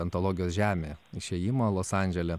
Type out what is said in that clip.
antologijos žemė išėjimo los andžele